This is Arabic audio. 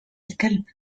الكلب